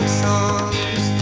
songs